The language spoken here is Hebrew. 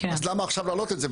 אז למה עכשיו להעלות את זה?